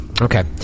Okay